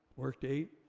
worked eight.